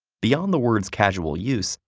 beyond the word's casual use,